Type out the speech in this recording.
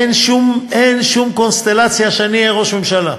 אין שום קונסטלציה שאני אהיה ראש ממשלה.